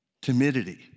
timidity